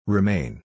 Remain